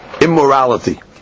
immorality